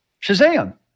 Shazam